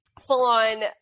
full-on